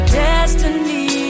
destiny